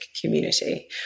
community